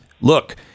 look